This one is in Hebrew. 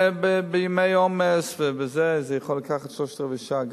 בימי עומס זה יכול לקחת שלושת-רבעי שעה,